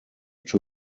two